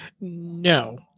No